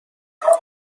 برابر